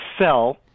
sell